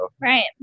Right